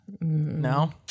No